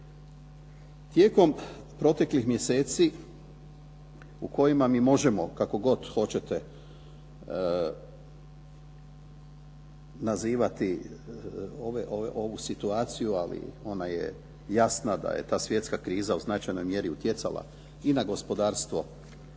Tijekom proteklih mjeseci u kojima mi možemo kako god hoćete nazivati ovu situaciju ali ona je jasna da je ta svjetska kriza u značajnoj mjeri utjecala i na gospodarstvo